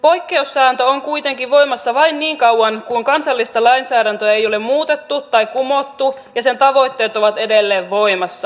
poikkeussääntö on kuitenkin voimassa vain niin kauan kuin kansallista lainsäädäntöä ei ole muutettu tai kumottu ja sen tavoitteet ovat edelleen voimassa